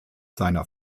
seiner